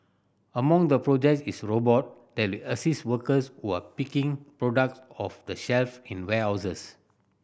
among the projects is robot that will assist workers who are picking products off the shelf in warehouses